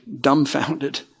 dumbfounded